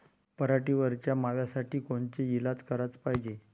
पराटीवरच्या माव्यासाठी कोनचे इलाज कराच पायजे?